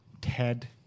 Ted